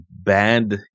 Bad